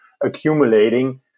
accumulating